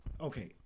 Okay